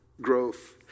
growth